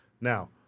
Now